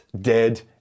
dead